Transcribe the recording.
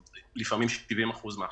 שלפעמים זה 70% מההכנסות.